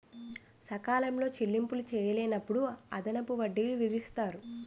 సకాలంలో చెల్లింపులు చేయలేనప్పుడు అదనపు వడ్డీలు విధిస్తారు